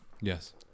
Yes